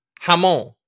hamon